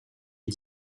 est